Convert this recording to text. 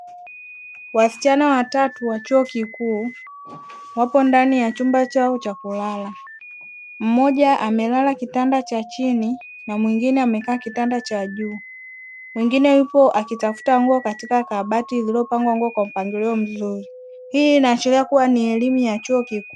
Wasichana watatu wa chuo kikuu, wapo ndani ya chumba chao cha kulala, mmoja amelala kitanda cha chini, na mwingine amekaa kitanda cha juu, mwingine yuko akitafuta nguo katika kabati, lililo pangwa nguo kwa mpangilio mzuri. Hii ina ashiria kuwa ni elimu ya chuo kikuu.